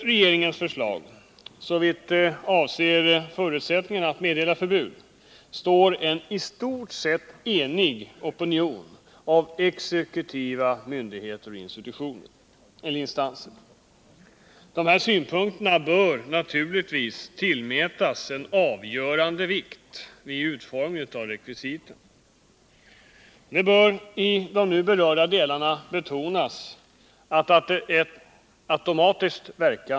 Näringsförbud skall kunna meddelas att gälla inte bara under konkursen utan också sedan denna avslutats.